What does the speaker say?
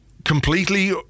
completely